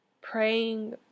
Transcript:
praying